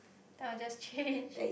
then I will just change